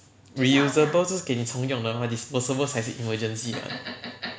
reusable 就是给你重用的 mah disposable 才是给你 emergency 的